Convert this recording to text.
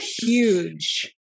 huge